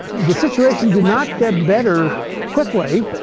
the situation did not get better quickly.